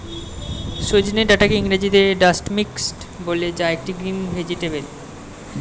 সজনে ডাটাকে ইংরেজিতে ড্রামস্টিক বলে যা একটি গ্রিন ভেজেটাবেল